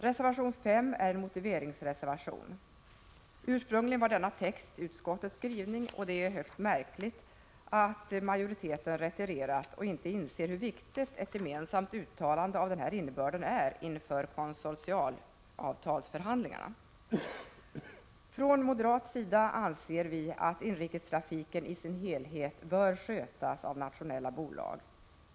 Reservation 5 är en s.k. motiveringsreservation. Ursprungligen var denna text utskottets skrivning, och det är högst märkligt att majoriteten retirerat och inte inser hur viktigt ett gemensamt uttalande av den här innebörden är inför konsortialavtalsförhandlingarna. Från moderat sida anser vi att inrikestrafiken i sin helhet bör skötas av nationella bolag.